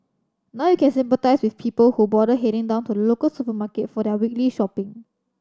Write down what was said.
now you can sympathise with people who bother heading down to the local supermarket for their weekly shopping